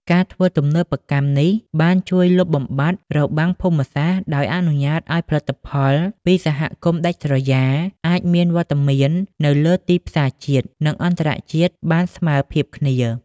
ការធ្វើទំនើបកម្មនេះ បានជួយលុបបំបាត់ "របាំងភូមិសាស្ត្រ" ដោយអនុញ្ញាតឱ្យផលិតផលពីសហគមន៍ដាច់ស្រយាល អាចមានវត្តមាននៅលើទីផ្សារជាតិ និងអន្តរជាតិបានស្មើភាពគ្នា។